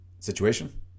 Situation